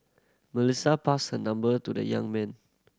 Melissa passed her number to the young man